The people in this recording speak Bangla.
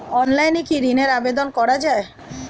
অনলাইনে কি ঋনের আবেদন করা যায়?